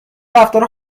رفتار